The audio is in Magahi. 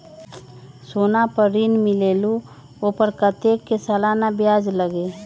सोना पर ऋण मिलेलु ओपर कतेक के सालाना ब्याज लगे?